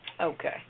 Okay